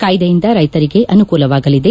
ಕಾಯ್ದೆಯಿಂದ ರೈತರಿಗೆ ಅನಕೂಲವಾಗಲಿದೆ